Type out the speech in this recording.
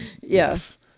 yes